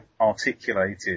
articulated